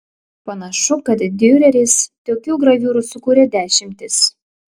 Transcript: panašu kad diureris tokių graviūrų sukūrė dešimtis